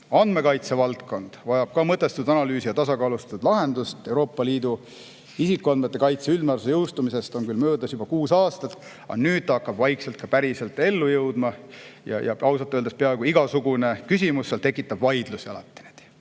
Andmekaitse valdkond vajab mõtestatud analüüsi ja tasakaalustatud lahendust. Euroopa Liidu isikuandmete kaitse üldmääruse jõustumisest on küll möödas juba kuus aastat, aga nüüd ta hakkab vaikselt ka päriselt ellu jõudma ja ausalt öeldes peaaegu igasugune küsimus seal tekitab vaidlusi. Selle